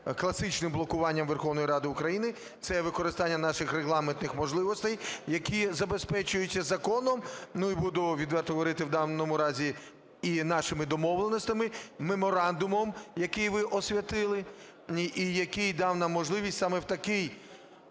класичним бокуванням Верховної Ради України, це використання наших регламентних можливостей, які забезпечуються законом, ну, і буду відверто говорити, в даному разі і нашими домовленостями, меморандумом, який ви освятили і який дав нам можливість саме в такий